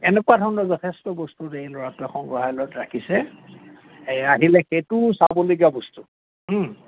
এনেকুৱা ধৰণৰ যথেষ্ট বস্তু সংগ্ৰহালয়ত ৰাখিছে এই আহিলে সেইটো চাবলগীয়া বস্তু